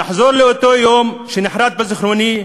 נחזור לאותו יום שנחרת בזיכרוני,